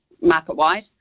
market-wide